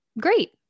great